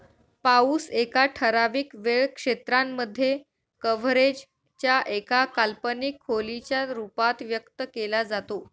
पाऊस एका ठराविक वेळ क्षेत्रांमध्ये, कव्हरेज च्या एका काल्पनिक खोलीच्या रूपात व्यक्त केला जातो